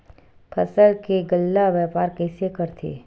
फसल के गल्ला व्यापार कइसे करथे?